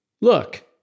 Look